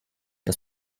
das